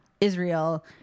Israel